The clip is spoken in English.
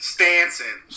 Stanson